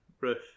roof